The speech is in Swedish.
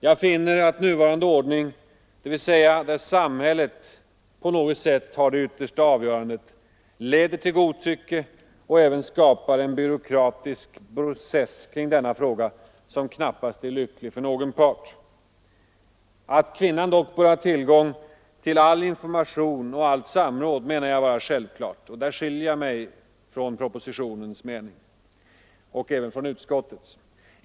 Jag finner att nuvarande ordning, dvs. där samhället på något sätt har det yttersta avgörandet, leder till godtycke och även skapar en byråkratisk process kring dessa problem som knappast är lycklig för någon part. Att kvinnan dock bör ha tillgång till information och samråd menar jag vara självklart. Där skiljer jag mig från propositionens och utskottets mening.